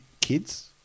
kids